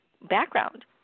background